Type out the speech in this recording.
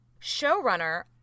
Showrunner